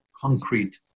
concrete